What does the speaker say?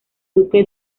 duque